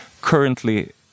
Currently